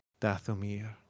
dathomir